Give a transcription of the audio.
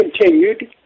continued